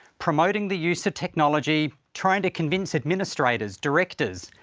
promoting the use of technology, trying to convince administrators, directors,